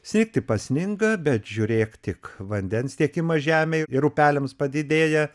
snigti pasninga bet žiūrėk tik vandens tiekimas žemei ir upeliams padidėja